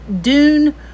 Dune